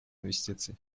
инвестиций